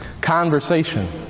conversation